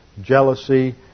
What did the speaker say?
jealousy